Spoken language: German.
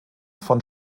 von